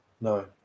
No